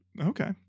Okay